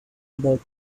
about